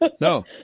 no